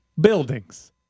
buildings